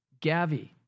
Gavi